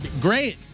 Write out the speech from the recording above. great